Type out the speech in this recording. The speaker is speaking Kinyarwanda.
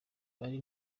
ari